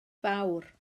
fawr